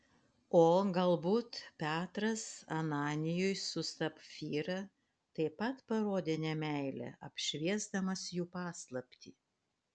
o galbūt petras ananijui su sapfyra taip pat parodė nemeilę apšviesdamas jų paslaptį